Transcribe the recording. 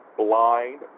blind